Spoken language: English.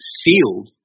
sealed